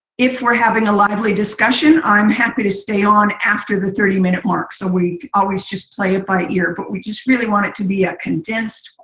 if we are having a lively discussion, i am happy to stay on after the thirty minute mark. so we always just play it by ear. but we just really want it to be a condensed,